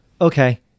Okay